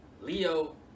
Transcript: Leo